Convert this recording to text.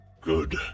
Good